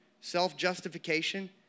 self-justification